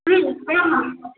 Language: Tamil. ம் ஆமாம்